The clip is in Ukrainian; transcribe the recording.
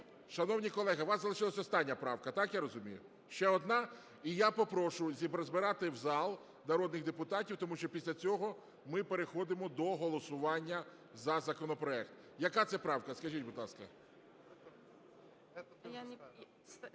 Шановні колеги, у вас залишилася остання правка, так я розумію? Ще одна? І я попрошу зібрати в зал народних депутатів, тому що після цього ми переходимо до голосування за законопроект. Яка це правка, скажіть, будь ласка?